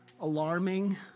alarming